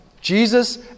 Jesus